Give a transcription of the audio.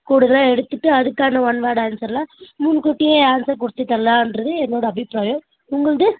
கூடுதலாக எடுத்துகிட்டு அதற்கான ஒன் வேர்ட் அன்சர் எல்லாம் முன்கூட்டியே அன்சர் குறிச்சு தர்லாம்ன்றது என்னோடைய அபிப்பிராயம் உங்கள்து